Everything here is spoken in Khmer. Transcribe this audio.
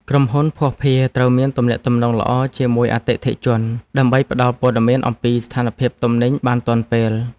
ក្រុមហ៊ុនភស្តុភារត្រូវមានការទំនាក់ទំនងល្អជាមួយអតិថិជន ដើម្បីផ្តល់ព័ត៌មានអំពីស្ថានភាពទំនិញបានទាន់ពេល។